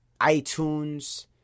iTunes